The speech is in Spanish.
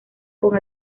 con